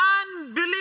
unbelievable